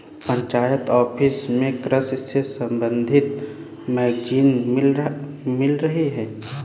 panchayat office में कृषि से संबंधित मैगजीन मिल रही है